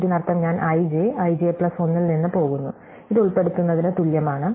ഇതിനർത്ഥം ഞാൻ i j i j plus 1 ൽ നിന്ന് പോകുന്നു ഇത് ഉൾപ്പെടുത്തുന്നതിന് തുല്യമാണ്